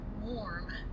warm